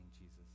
Jesus